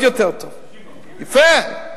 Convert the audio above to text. לא הגיע להסכם, עוד יותר טוב, יפה.